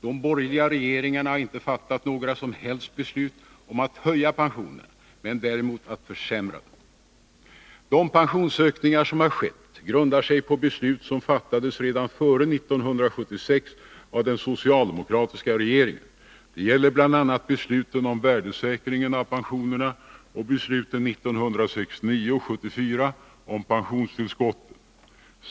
De borgerliga regeringarna har inte fattat några som helst beslut om att höja pensionerna, däremot om att försämra dem. De pensionsökningar som skett grundar sig på beslut som fattades redan före 1976 av den socialdemokratiska regeringen. Det gäller bl.a. besluten om värdesäkringen av pensionerna samt besluten 1969 och 1974 om pensionstillskotten.